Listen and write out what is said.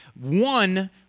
one